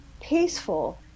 peaceful